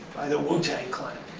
by the wu tang clan